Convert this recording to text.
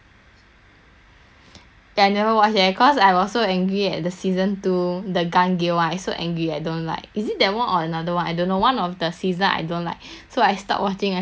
ya I never watch eh cause I was so angry at the season two the gun gale one I so angry I don't like is it that one or another one I don't know one of the season I don't like so I stopped watching until now I haven't went back to watch